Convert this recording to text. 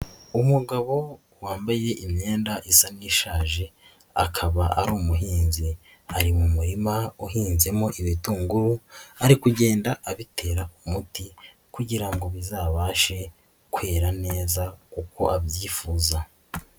Umugabo wambaye imyenda isa n'ishaje akaba ari umuhinzi, ari mu murima uhinbyemo ibitunguru ari kugenda abitera umuti kugira ngo bizabashe kwera neza uko abyifuza.